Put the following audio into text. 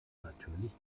natürlich